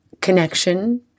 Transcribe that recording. connection